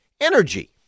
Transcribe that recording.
energy